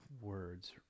words